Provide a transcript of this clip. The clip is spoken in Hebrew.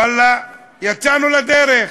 ואללה, יצאנו לדרך.